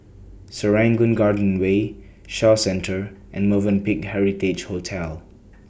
Serangoon Garden Way Shaw Centre and Movenpick Heritage Hotel